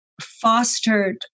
fostered